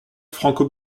franco